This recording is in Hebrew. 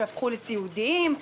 שהפכו לסיעודיים,